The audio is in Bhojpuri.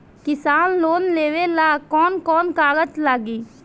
किसान लोन लेबे ला कौन कौन कागज लागि?